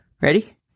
ready